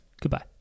goodbye